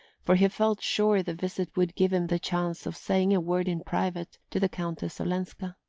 for he felt sure the visit would give him the chance of saying a word in private to the countess olenska.